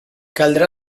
caldrà